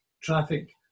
traffic